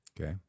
Okay